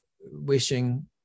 wishing